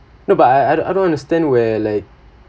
no but I I don't understand where like